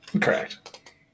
correct